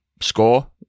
score